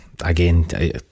Again